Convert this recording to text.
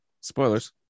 Spoilers